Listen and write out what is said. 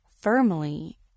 firmly